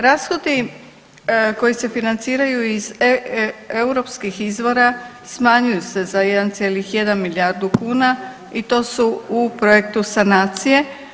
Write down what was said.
Rashodi koji se financiraju iz europskih izvora smanjuju se za 1,1 milijardu kuna i to su u projektu sanacije.